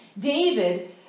David